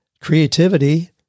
creativity